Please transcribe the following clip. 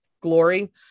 glory